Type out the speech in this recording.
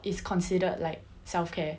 is considered like self care